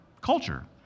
culture